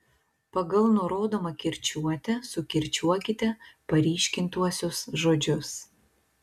pagal nurodomą kirčiuotę sukirčiuokite paryškintuosius žodžius